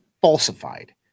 falsified